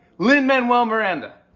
lin-manuel miranda.